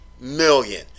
million